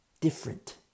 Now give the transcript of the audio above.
Different